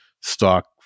stock